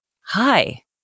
Hi